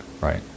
Right